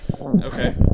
Okay